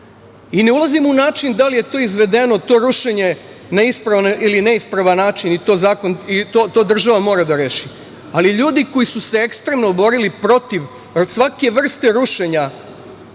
i ne ulazim u način da li je to rušenje izvedeno na ispravan ili neispravan način, to država mora da reši, ali ljudi koji su se ekstremno borili protiv svake vrste rušenja